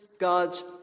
God's